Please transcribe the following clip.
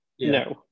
No